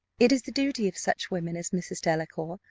it is the duty of such women as mrs. delacour,